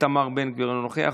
איתמר בן גביר, אינו נוכח,